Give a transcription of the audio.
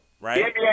right